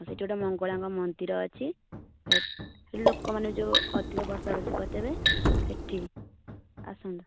ଆଉ ସେହିଠି ଗୋଟେ ମଙ୍ଗଳାଙ୍କ ମନ୍ଦିର ଅଛି ସେହି ସେହିଠି ଲୋକମାନେ ଯେଉଁଠି ଅଧିକ ବସାବସି କରୁଥିବେ ସେହିଠି ଆସନ୍ତୁ